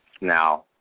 Now